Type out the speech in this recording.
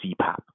CPAP